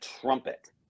trumpet